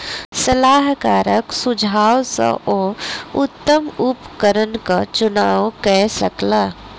सलाहकारक सुझाव सॅ ओ उत्तम उपकरणक चुनाव कय सकला